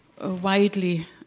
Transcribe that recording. widely